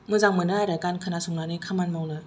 मोजां मोनो आरो गान खोनासंनानै खामानि मावनो